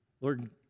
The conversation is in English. Lord